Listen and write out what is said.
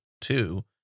two